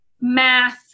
math